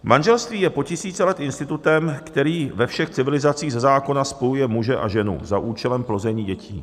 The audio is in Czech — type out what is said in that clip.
Manželství je po tisíce let institutem, který ve všech civilizacích ze zákona spojuje muže a ženu za účelem plození dětí.